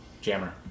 jammer